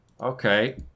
Okay